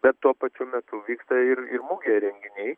bet tuo pačiu metu vyksta ir mugė renginiai